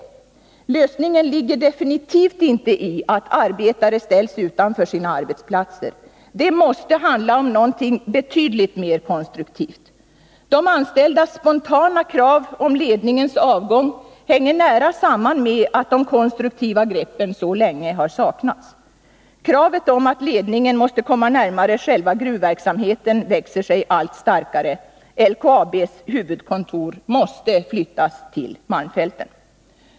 Lösningen ligger definitivt inte i att arbetare ställs utanför sina arbetsplatser. Det måste handla om någonting betydligt mer konstruktivt. De anställdas spontana krav på ledningens avgång hänger nära samman med att de konstruktiva greppen så länge har saknats. Kravet på att ledningen måste komma närmare själva gruvverksamheten växer sig allt starkare. LKAB:s huvudkontor måste flyttas till malmfälten!